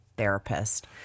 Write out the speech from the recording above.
Therapist